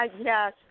Yes